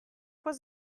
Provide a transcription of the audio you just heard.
was